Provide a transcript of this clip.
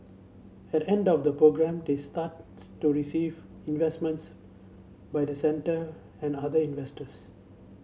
at the end of the programme they stands to receive investments by the centre and other investors